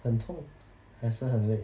很痛还是很累